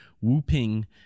Wu-Ping